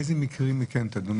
באיזה מקרים היא כן תדון,